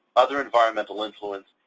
other environmental influence,